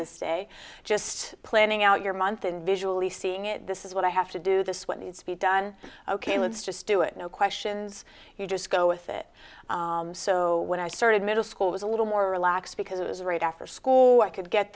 this day just planning out your month and visually seeing it this is what i have to do this what needs to be done ok let's just do it no questions you just go with it so when i started middle school was a little more relaxed because it was right after school i could get